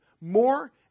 more